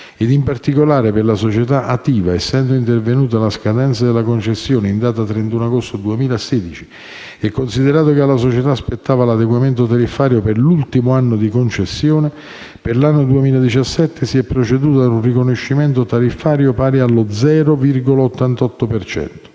In particolare, per la società ATIVA, essendo intervenuta la scadenza della concessione il 31 agosto 2016 e, considerato che alla società spettava l'adeguamento tariffario per l'ultimo anno di concessione, per l'anno 2017 si è proceduto ad un riconoscimento tariffario pari allo 0,88